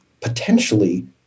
potentially